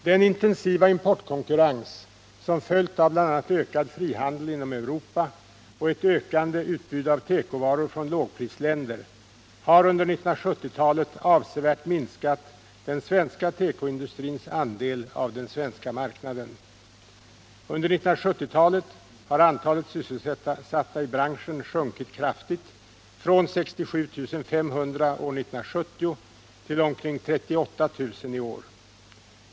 Den intensiva importkonkurrens som följt av bl.a. ökad frihandel inom Europa och ett ökande utbud av tekovaror från lågprisländer har under 1970 talet avsevärt minskat den svenska tekoindustrins andel av den svenska marknaden. Under 1970-talet har antalet sysselsatta inom branschen sjunkit kraftigt — från 67 500 år 1970 till omkring 38 000 i år.